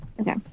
Okay